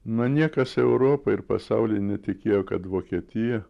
nu niekas europoj ir pasauly netikėjo kad vokietija